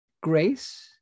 grace